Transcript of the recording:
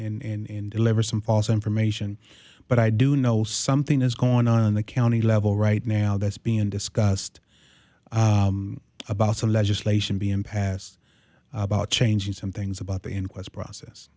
in deliver some false information but i do know something is going on on the county level right now that's being discussed about some legislation being passed about changing some things about the inquest process